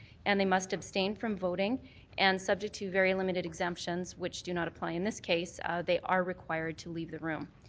and they must abstain from voting and subject to very limited extensions which do not apply in this case they are required to leave the room.